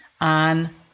on